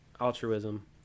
altruism